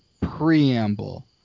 preamble